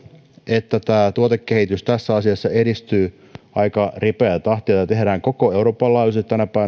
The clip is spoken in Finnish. että tämä tuotekehitys tässä asiassa edistyy aika ripeää tahtia sitä tehdään koko euroopan laajuisesti tänä päivänä